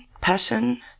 passion